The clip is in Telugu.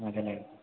అదేలే